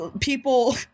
people